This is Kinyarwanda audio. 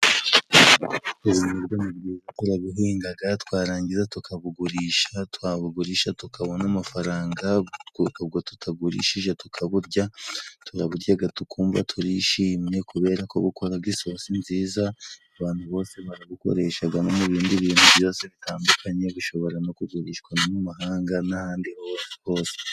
Ubunyobwa ni bwiza turabuhingaga twarangiza tukabugurisha, twabugurisha tukabona amafaranga ubwo tutagurishije tukaburya, turaburyaga tukumva turishimye kuberako bukoraga isosi nziza abantu bose barabukoreshaga no mu bindi bintu byose bitandukanye bishobora no kugurishwa no mu mahanga n'ahandi hose.